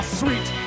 sweet